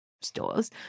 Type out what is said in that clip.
stores